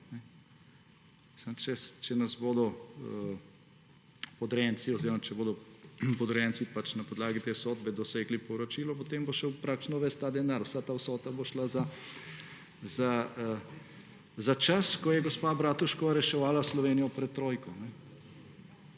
to je velik denar. Samo če bodo podrejenci na podlagi te sodbe dosegli povračilo, potem bo šel praktično ves ta denar, vsa ta vsota bo šla za čas, ko je gospa Bratuškova reševala Slovenijo pred trojko